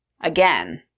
again